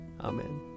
Amen